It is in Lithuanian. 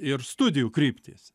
ir studijų kryptys